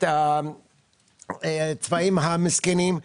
הצבאים המסכנים,